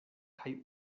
kaj